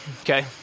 Okay